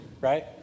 right